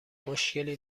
مشکلی